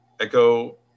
Echo